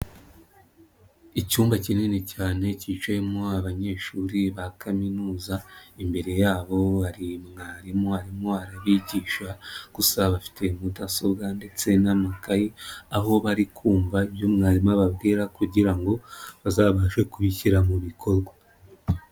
Icyumba kinini cyane kicayemo abanyeshuri ba kaminuza, imbere yabo bari mwarimu arimo abigisha, gusa bafite mudasobwa ndetse n'amakayi, aho bari kumva ibyo mwarimu ababwira kugira ngo bazabashe kubishyira mu bikorwa.